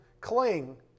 cling